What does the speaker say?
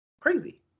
crazy